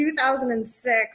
2006